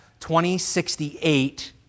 2068